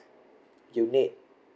unit